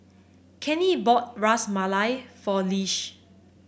Kenny bought Ras Malai for Lish